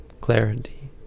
clarity